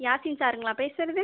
யாசிம் சாருங்களா பேசுவது